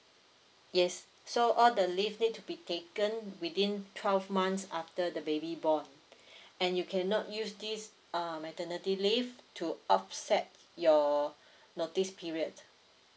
yes so all the leave need to be taken within twelve months after the baby born and you cannot use this err maternity leave to offset your notice period